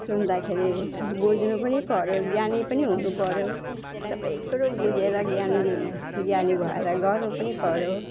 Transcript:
सुन्दाखेरि बुझ्नु पनि पऱ्यो ज्ञानी पनि हुनुपऱ्यो सबैकुरो बुझेर ज्ञान दि ज्ञानी भएर गर्नु पनि पऱ्यो